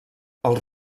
els